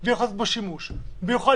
והיא יכולה לעשות בו שימוש והיא יכולה